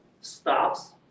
stops